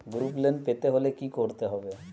Group loan পেতে হলে কি করতে হবে?